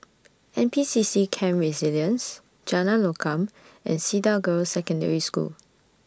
N P C C Camp Resilience Jalan Lokam and Cedar Girls' Secondary School